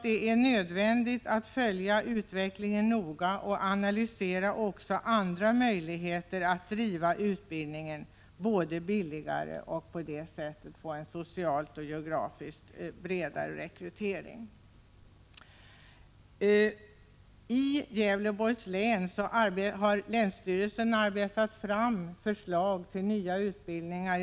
Det är nödvändigt att noga följa utvecklingen och att också analysera andra möjligheter både till att driva utbildningen billigare och till att få en socialt och geografiskt bredare rekrytering. Länsstyrelsen i Gävleborgs län har i samarbete med högskolan arbetat fram förslag till nya utbildningar.